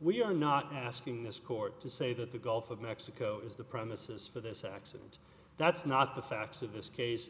we are not asking this court to say that the gulf of mexico is the premises for this accident that's not the facts of this case